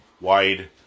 wide